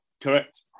correct